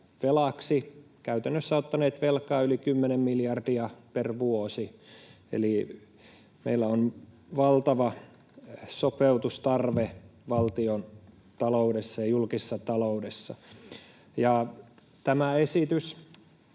velaksi, käytännössä ottaneet velkaa yli 10 miljardia per vuosi. Eli meillä on valtava sopeutustarve valtiontaloudessa ja julkisessa taloudessa. Tämä esitys